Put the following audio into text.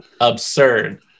absurd